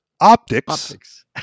optics